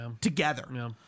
together